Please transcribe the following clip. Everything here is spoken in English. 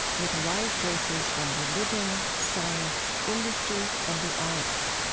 with wise voices from religion, science, industry, and the arts